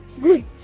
Good